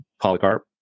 Polycarp